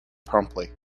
promptly